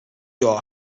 your